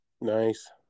Nice